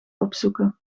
opzoeken